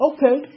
Okay